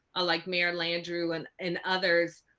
like mayor landrew and and others.